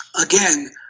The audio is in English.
again